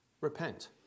repent